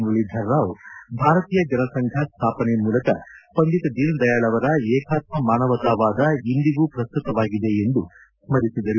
ಮುರಳೀಧರ ರಾವ್ ಭಾರತೀಯ ಜನಸಂಘ ಸ್ಮಾಪನೆ ಮೂಲಕ ಪಂಡಿತ್ ದೀನದಯಾಳ್ ಅವರ ಏಕಾತ್ನ ಮಾನವತಾವಾದ ಇಂದಿಗೂ ಪ್ರಸ್ತುತವಾಗಿದೆ ಎಂದು ಸ್ಥರಿಸಿದರು